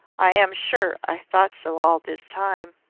i am sure, i thought so all this time.